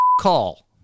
call